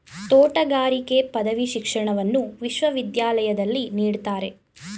ತೋಟಗಾರಿಕೆ ಪದವಿ ಶಿಕ್ಷಣವನ್ನು ವಿಶ್ವವಿದ್ಯಾಲಯದಲ್ಲಿ ನೀಡ್ತಾರೆ